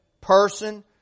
person